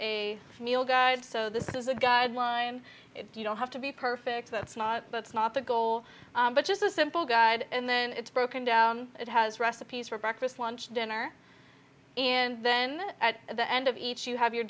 meal guide so this is a guideline you don't have to be perfect that's not that's not the goal but just a simple guide and then it's broken down it has recipes for breakfast lunch dinner and then at the end of each you have your